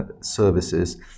services